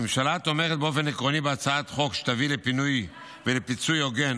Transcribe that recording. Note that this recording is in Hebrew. הממשלה תומכת באופן עקרוני בהצעת חוק שתביא לפינוי ולפיצוי הוגן,